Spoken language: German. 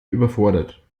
überfordert